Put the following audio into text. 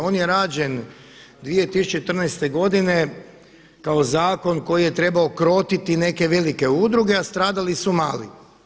On je rađen 2014. godine kao zakon koji je trebao krotiti neke velike udruge a stradali su mali.